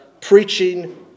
Preaching